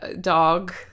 dog